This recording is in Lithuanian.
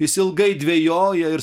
jis ilgai dvejoja ir